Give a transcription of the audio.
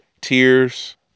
tears